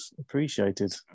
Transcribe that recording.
appreciated